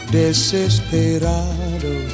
desesperado